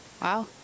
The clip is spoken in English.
Wow